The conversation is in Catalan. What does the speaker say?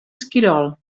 esquirol